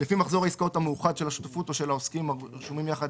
" לפי מחזור העסקאות המאוחד של השותפות או של העוסקים הרשומים יחד,